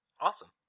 Awesome